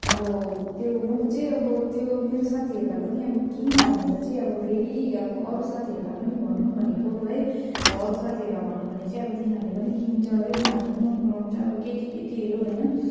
अब त्यो म पो चाहिँ अब त्यो मेरो साथीहरूलाई पनि अब किन भनेर चाहिँ अब फेरि अब अरू साथीहरूलाई पनि भनौँ भनेको है अब अरू साथीहरूलाई भन्यो भने चाहिँ अब तिनीहरूले पनि किन्छ है उनीहरूले नि मनपराउँछ अब केटी केटीहरू होइन